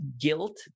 guilt